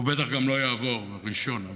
הוא בטח גם לא יעבור, הראשון.